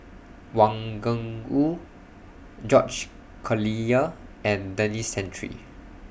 Wang Gungwu George Collyer and Denis Santry